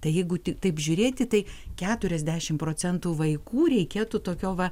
tai jeigu taip žiūrėti tai keturiasdešimt procentų vaikų reikėtų tokio va